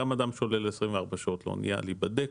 גם אדם שעולה ל- 24 שעות לאונייה להיבדק.